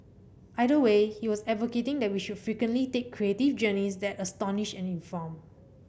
either way he was advocating that we should frequently take creative journeys that astonish and inform